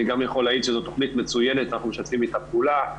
אני גם יכול להעיד שזו תכנית מצויינת ואנחנו משתפים איתה פעולה,